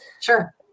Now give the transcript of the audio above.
Sure